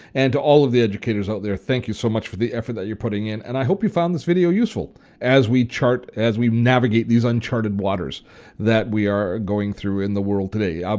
and to all of the educators out there, thank you so much for the effort that you're putting in and i hope you found this video useful as we chart, as we navigate these uncharted waters that we are going through in the world today. ah